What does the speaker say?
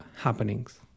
happenings